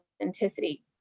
authenticity